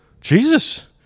Jesus